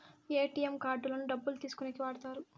ATM కార్డులను డబ్బులు తీసుకోనీకి వాడుతారు